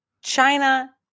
China